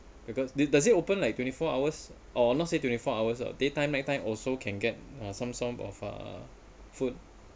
because did does it open like twenty four hours or not say twenty four hours ah daytime nighttime also can get uh some sort of uh food